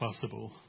possible